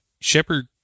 Shepard